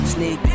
Sneak